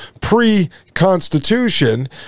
pre-Constitution